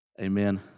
Amen